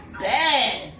bad